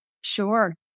Sure